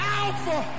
alpha